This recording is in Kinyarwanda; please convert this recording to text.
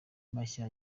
mashya